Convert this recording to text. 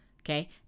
okay